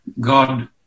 God